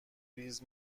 ریز